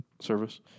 service